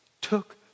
took